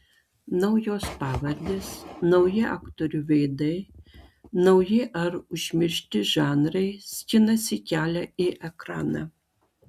naujos pavardės nauji aktorių veidai nauji ar užmiršti žanrai skinasi kelią į ekraną